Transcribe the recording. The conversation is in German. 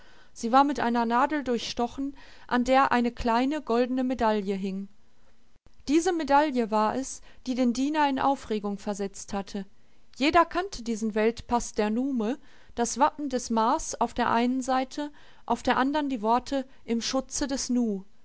sie war mit einer nadel durchstochen an der eine kleine goldene medaille hing diese medaille war es die den diener in aufregung versetzt hatte jeder kannte diesen weltpaß der nume das wappen des mars auf der einen seite auf der andern die worte im schutze des nu